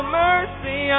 mercy